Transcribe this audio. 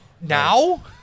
now